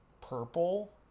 purple